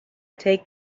take